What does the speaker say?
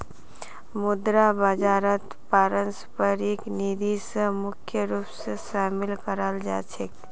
मुद्रा बाजारत पारस्परिक निधि स मुख्य रूप स शामिल कराल जा छेक